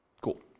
Cool